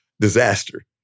disaster